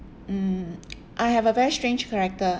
mm I have a very strange character